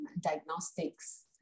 diagnostics